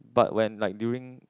but when like during